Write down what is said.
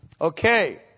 Okay